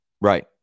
right